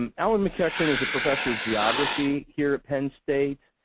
um alan maceachren is a professor of geography here at penn state.